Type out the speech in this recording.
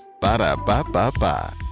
Ba-da-ba-ba-ba